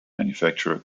manufacturer